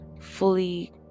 fully